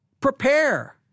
prepare